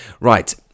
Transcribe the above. right